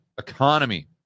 economy